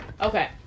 Okay